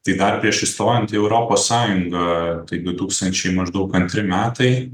tai dar prieš įstojant į europos sąjungą taigi du tūkstančiai maždaug antri metai